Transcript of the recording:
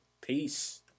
Peace